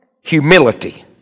Humility